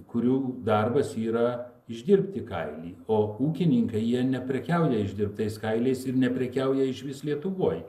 kurių darbas yra išdirbti kailį o ūkininkai jie neprekiauja išdirbtais kailiais ir neprekiauja išvis lietuvoj